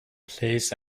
please